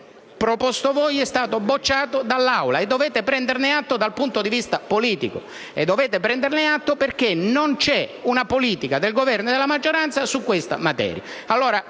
proposto voi è stato bocciato dall'Aula e dovete prenderne atto dal punto di vista politico; dovete prenderne atto perché non c'è una politica del Governo e della maggioranza su questa materia.